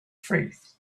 faith